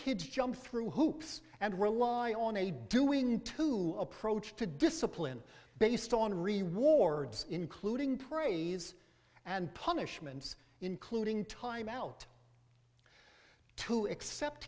kids jump through hoops and rely on a do we need to approach to discipline based on rewards including praise and punishments including timeout to accept